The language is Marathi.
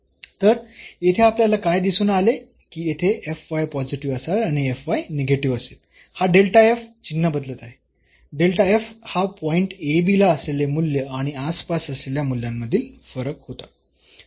तर येथे आपल्याला काय दिसून आले की येथे पॉझिटिव्ह असेल किंवा निगेटिव्ह असेल हा चिन्ह बदलत आहे हा पॉईंट ला असलेले मूल्य आणि आसपास असलेल्या मूल्यांमधील फरक होता